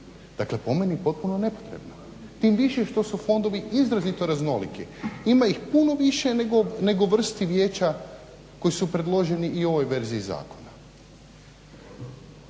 Dakle po meni potpuno nepotrebno tim više što su fondovi izrazito raznoliki, ima ih puno više nego vrsti vijeća koji su predloženi i u ovoj verziji zakona.